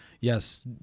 Yes